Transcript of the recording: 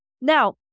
Now